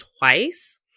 twice